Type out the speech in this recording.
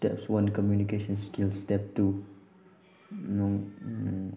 steps one communication skills step two